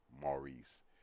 Maurice